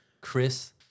Chris